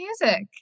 music